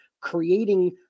creating